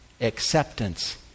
acceptance